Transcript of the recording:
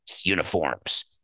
uniforms